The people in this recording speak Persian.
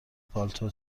پالتو